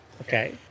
Okay